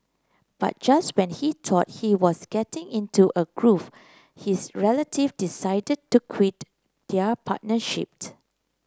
but just when he thought he was getting into a groove his relative decided to quit their partnership